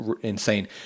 insane